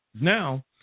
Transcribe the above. Now